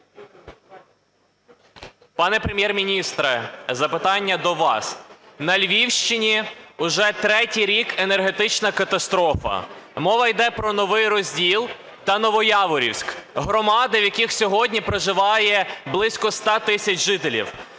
Пане Прем'єр-міністре, запитання до вас. На Львівщині вже третій рік енергетична катастрофа. Мова йде про Новий Розділ та Новояворівськ, громади, в яких сьогодні проживає близько 100 тисяч жителів.